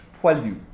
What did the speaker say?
poilu